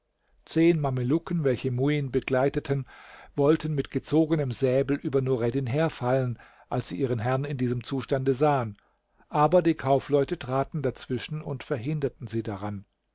zehn mameluken welche muin begleiteten wollten mit gezogenem säbel über nureddin herfallen als sie ihren herrn in diesem zustande sahen aber die kaufleute traten dazwischen und verhinderten sie daran